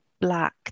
black